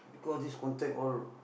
because this contact all